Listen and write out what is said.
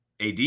AD